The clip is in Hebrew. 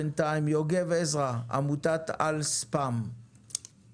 בינתיים נשמע את יוגב עזרא מעמותת אל-ספאם שגם